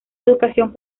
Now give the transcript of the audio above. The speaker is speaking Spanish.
educación